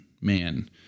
man